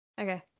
Okay